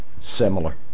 similar